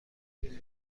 این